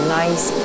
nice